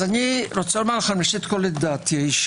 אני רוצה לומר, ראשית דעתי האישית.